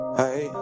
hey